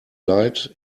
leid